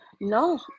no